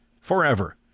forever